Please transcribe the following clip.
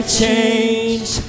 change